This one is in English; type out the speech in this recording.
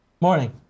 morning